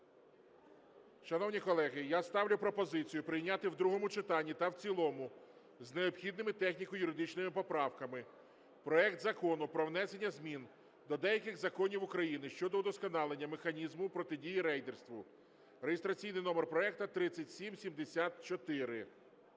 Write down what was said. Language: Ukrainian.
Шановні колеги, я ставлю пропозицію прийняти в другому читанні та в цілому з необхідними техніко-юридичними поправками проект Закону про внесення змін до деяких законів України щодо удосконалення механізму протидії рейдерству (реєстраційний номер проекту 3774)